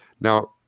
Now